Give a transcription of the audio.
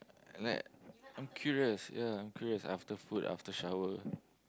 like I'm curious ya I'm curious after food after shower